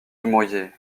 dumouriez